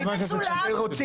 הכול מצולם,